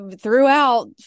throughout